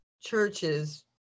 churches